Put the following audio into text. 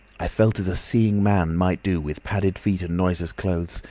i felt as a seeing man might do, with padded feet and noiseless clothes,